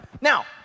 Now